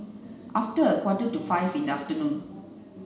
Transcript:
after a quarter to five in the afternoon